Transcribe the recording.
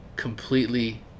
completely